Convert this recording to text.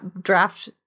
draft